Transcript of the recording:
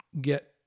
get